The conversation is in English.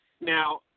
Now